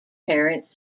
parent